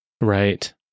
Right